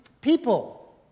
people